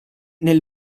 nel